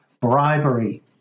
bribery